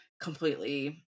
completely